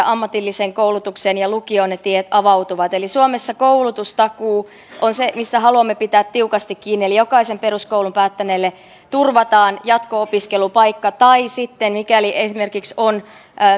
ammatilliseen koulutukseen ja lukioon avautuvat eli suomessa koulutustakuu on se mistä haluamme pitää tiukasti kiinni eli jokaiselle peruskoulun päättäneelle turvataan jatko opiskelupaikka tai mikäli esimerkiksi on